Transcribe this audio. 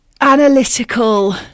analytical